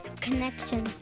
Connection